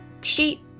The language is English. Sheep